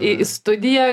į studiją